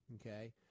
Okay